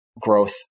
growth